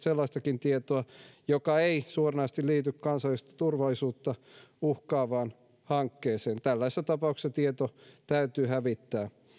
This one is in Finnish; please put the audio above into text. sellaistakin tietoa joka ei suoranaisesti liity kansallista turvallisuutta uhkaavaan hankkeeseen tällaisessa tapauksessa tieto täytyy hävittää